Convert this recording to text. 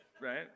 right